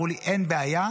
אמרו לי: אין בעיה,